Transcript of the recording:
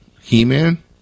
He-Man